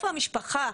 איפה המשפחה?